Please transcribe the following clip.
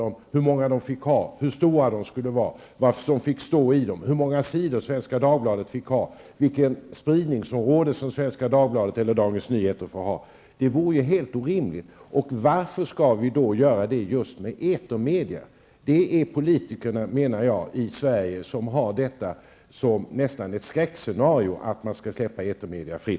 Vi skulle tala om för dem hur stora de skulle vara, vad som fick stå i tidningarna, hur många sidor de fick ha, vilket spridningsområde de fick ha. Det vore helt orimligt. Varför skall vi då göra det just med etermedia? Det är politikerna i Sverige som har detta nästan som ett skräckscenario, att etermedia skall släppas fria.